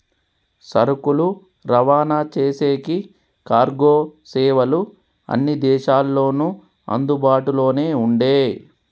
సరుకులు రవాణా చేసేకి కార్గో సేవలు అన్ని దేశాల్లోనూ అందుబాటులోనే ఉండే